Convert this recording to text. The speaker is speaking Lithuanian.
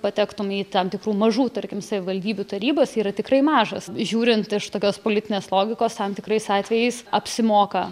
patektum į tam tikrų mažų tarkim savivaldybių tarybas yra tikrai mažas žiūrint iš tokios politinės logikos tam tikrais atvejais apsimoka